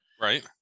Right